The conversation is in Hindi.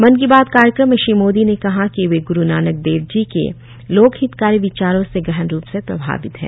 मन की बात कार्यक्रम में श्री मोदी ने कहा कि वे ग्रु नानक देव जी के लोकहितकारी विचारों से गहन रूप से प्रभावित हैं